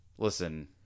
Listen